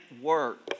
work